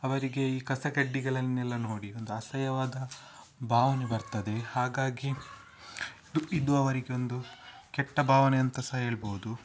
ಅವರಿಗೆ ಈ ಕಸಕಡ್ಡಿಗಳನ್ನೆಲ್ಲ ನೋಡಿ ಒಂದು ಅಸಹ್ಯವಾದ ಭಾವನೆ ಬರ್ತದೆ ಹಾಗಾಗಿ ಇದು ಇದು ಅವರಿಗೆ ಒಂದು ಕೆಟ್ಟ ಭಾವನೆ ಅಂತ ಸಹ ಹೇಳ್ಬೋದು